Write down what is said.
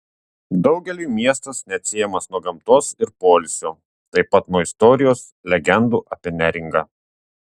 daugeliui miestas neatsiejamas nuo gamtos ir poilsio taip pat nuo istorijos legendų apie neringą